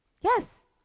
Yes